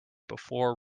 before